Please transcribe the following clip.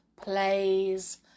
Plays